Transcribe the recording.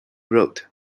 wrote